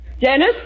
Dennis